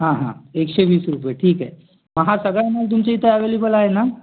हां हां एकशे वीस रुपये ठीक आहे हा सगळा माल तुमच्या इथे ॲवेलेबल आहे ना